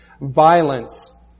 violence